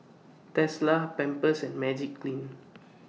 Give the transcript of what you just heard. Tesla Pampers and Magiclean